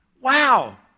Wow